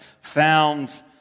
found